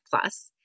plus